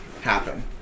happen